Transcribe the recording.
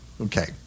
Okay